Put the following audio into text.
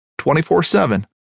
24-7